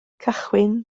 cychwyn